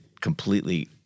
completely